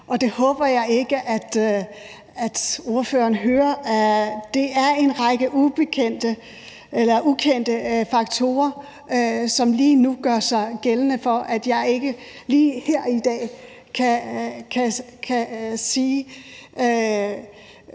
det håber jeg ikke ordføreren hører. Men det er en række ukendte faktorer, som lige nu gør sig gældende for, at jeg ikke lige her i dag kan sige,